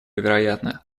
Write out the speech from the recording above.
вероятно